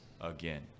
again